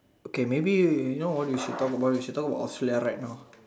okay maybe you know what we should talk about we should talk about austral right now